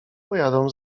pojadą